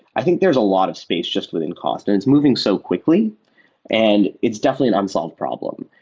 i think there's a lot of space just within cost and it's moving so quickly and it's definitely an unsolved problem.